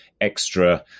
extra